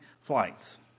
flights